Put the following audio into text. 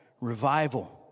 Revival